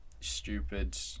stupid